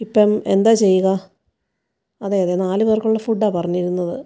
ഇപ്പം എന്താ ചെയ്യുക അതെ അതെ നാല് പേർക്കുള്ള ഫുഡ്ഡാണ് പറഞ്ഞിരുന്നത്